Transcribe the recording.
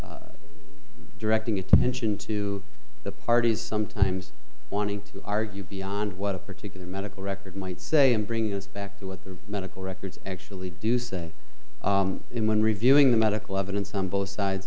directing directing attention to the parties sometimes wanting to argue beyond what a particular medical record might say and bring us back to what the medical records actually do say in when reviewing the medical evidence on both sides